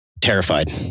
terrified